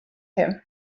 him